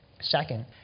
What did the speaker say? Second